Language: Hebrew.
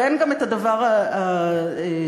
ואין גם הדבר הדמיוני